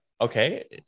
okay